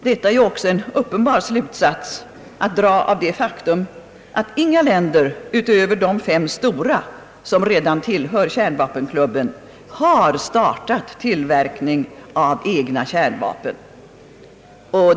Detta är ju också en uppenbar slutsats att dra av det faktum att inga länder utöver de fem stora, som redan tillhör kärnvapenklubben, startat tillverkning av egna kärnvapen.